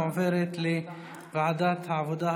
מועברת לוועדת העבודה,